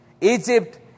Egypt